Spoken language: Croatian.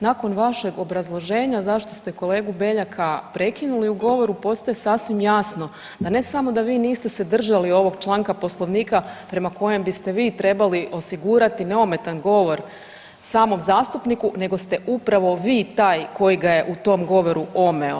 Nakon vašeg obrazloženja zašto ste kolegu Beljaka prekinuli u govoru, postaje sasvim jasno, da ne samo da vi niste se držali ovog članka Poslovnika prema kojem biste vi trebali osigurati neometan govor samog zastupniku nego ste upravo vi taj koji ga je u tom govoru omeo.